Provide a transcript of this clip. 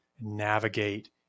navigate